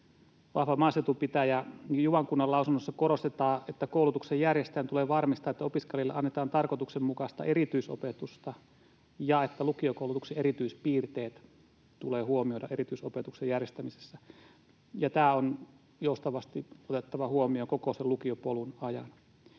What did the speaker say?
vahva maaseutupitäjä: Juvan kunnan lausunnossa korostetaan, että koulutuksen järjestäjän tulee varmistaa, että opiskelijalle annetaan tarkoituksenmukaista erityisopetusta ja että lukiokoulutuksen erityispiirteet tulee huomioida erityisopetuksen järjestämisessä. Tämä on joustavasti otettava huomioon koko sen lukiopolun ajan.